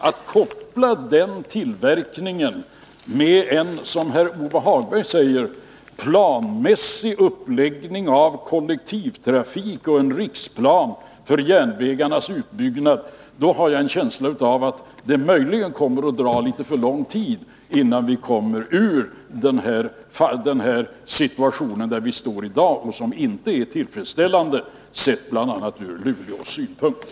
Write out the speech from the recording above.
Att som Lars-Ove Hagberg säger koppla den tillverkningen med en planmässig uppläggning av kollektivtrafiken och en riksplan för järnvägarnas utbyggnad skulle, har jag en känsla av, möjligen dra ut för långt på tiden. Det skulle ta för lång tid innan vi kommer ur den situation som vi befinner oss i i dag och som inte är tillfredsställande, sett bl.a. ur Luleås synvinkel.